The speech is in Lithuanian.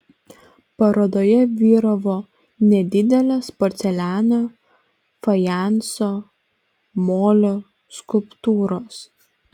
parodoje vyravo nedidelės porceliano fajanso molio skulptūros